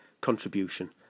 contribution